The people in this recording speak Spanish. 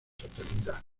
fraternidad